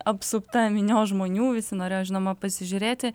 apsupta minios žmonių visi norėjo žinoma pasižiūrėti